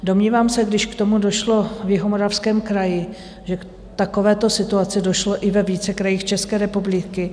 Domnívám se, když k tomu došlo v Jihomoravském kraji, že k takovéto situaci došlo i ve více krajích České republiky.